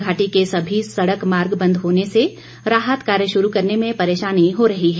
घाटी के सभी सड़क मार्ग बंद होने से राहत कार्य शुरू करने में परेशानी हो रही है